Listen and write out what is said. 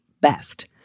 best